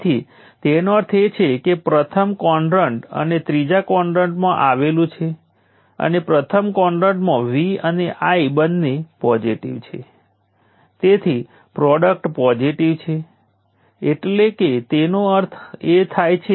તેથી બીજા શબ્દોમાં કહીએ તો voltage source 25 milliwatt deliver કરી શકે છે જે રઝિસ્ટર્સમાં જાય છે